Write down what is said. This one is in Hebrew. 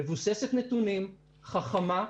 מבוססת נתונים וחכמה,